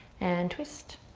and twist.